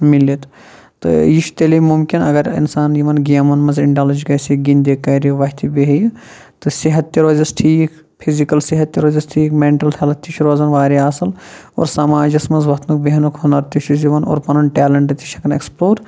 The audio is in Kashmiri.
مِلتھ تہٕ یہِ چھُ تیٚلے مُمکن اگر اِنسان یِمن گیمن منٛز اِنڈلٕج گَژھہ گِنٛدِ کرِ وۄتھہِ بیٚہہ تہٕ صحت تہِ روٗزس ٹھیٖک فزکل صحت تہِ روزس ٹھیٖک مینٹل ہیٚلٕتھ تہِ چھِ روزان واریاہ اصٕل اور سَماجس منٛز وتھنُک بیٚہنُک ہُنر تہِ چھُ دِوان اور پَنُن ٹیلنٹ تہِ چھُ ہیٚکان ایٚکٕسپلور